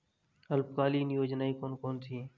अल्पकालीन योजनाएं कौन कौन सी हैं?